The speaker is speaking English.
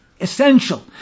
essential